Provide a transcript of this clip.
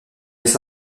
les